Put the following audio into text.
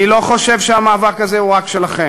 אני לא חושב שהמאבק הזה הוא רק שלכן,